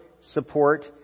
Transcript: support